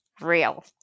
real